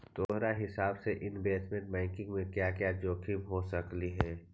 तोहार हिसाब से इनवेस्टमेंट बैंकिंग में क्या क्या जोखिम हो सकलई हे